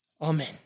Amen